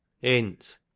Int